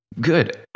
good